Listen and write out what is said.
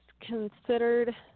considered